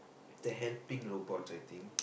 the helping robots I think